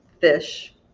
fish